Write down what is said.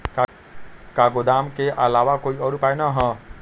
का गोदाम के आलावा कोई और उपाय न ह?